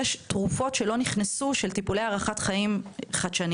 יש תרופות שלא נכנסו של טיפולי הארכת חיים חדשניים